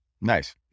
Nice